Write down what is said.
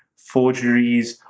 forgeries,